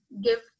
give